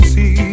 See